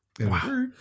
Wow